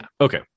Okay